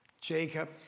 Jacob